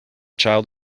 child